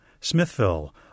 Smithville